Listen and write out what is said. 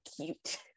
cute